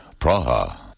Praha